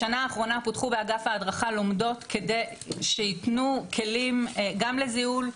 בשנה האחרונה פותחו באגף ההדרכה לומדות שיתנו כלים גם לזיהוי,